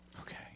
Okay